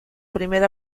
primer